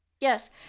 yes